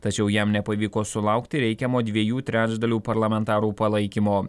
tačiau jam nepavyko sulaukti reikiamo dviejų trečdalių parlamentarų palaikymo